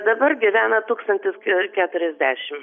dabar gyvena tūkstantis keturiasdešim